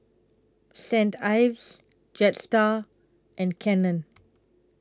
Saint Ives Jetstar and Canon